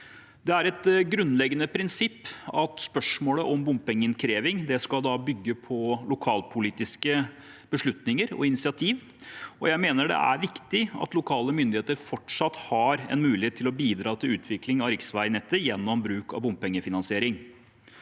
Det er et grunnleggende prinsipp at spørsmålet om bompengeinnkreving skal bygge på lokalpolitiske beslutninger og initiativ, og jeg mener det er viktig at lokale myndigheter fortsatt har en mulighet til å bidra til utvikling av riksveinettet gjennom bruk av bompengefinansiering.